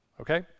okay